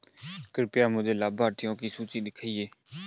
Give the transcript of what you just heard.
कृपया मुझे लाभार्थियों की सूची दिखाइए